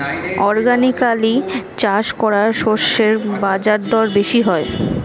organically চাষ করা শস্যের বাজারদর বেশি হয়